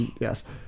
yes